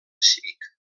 cívic